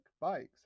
bikes